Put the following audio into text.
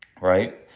Right